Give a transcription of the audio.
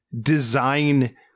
design